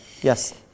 Yes